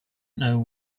know